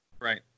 Right